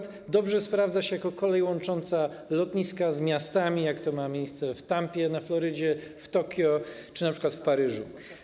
Dobrze sprawdza się np. jako kolej łącząca lotniska z miastami, jak to ma miejsce w Tampie na Florydzie, w Tokio czy np. w Paryżu.